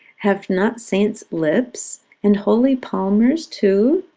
have not saints lips, and holy palmers too?